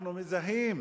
אנחנו מזהים